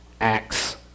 Acts